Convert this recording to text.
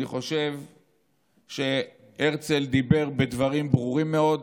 אני חושב שהרצל אמר דברים ברורים מאוד,